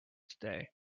today